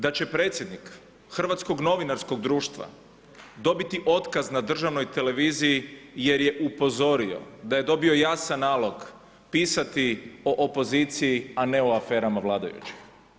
Da će predsjednik Hrvatskog novinarskog društva dobiti otkaz na državnoj televiziji jer je upozorio da je dobio jasan nalog pisati o opoziciji, a ne o aferama vladajućih.